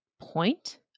point